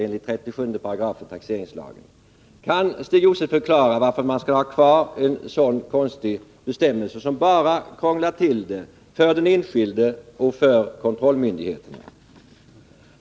enligt 37 § i taxeringslagen. Kan Stig Josefson förklara varför man skall ha kvar en sådan konstig bestämmelse, som bara krånglar till det för den enskilde och för kontrollmyndigheterna?